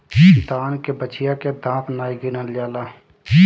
दान के बछिया के दांत नाइ गिनल जाला